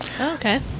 Okay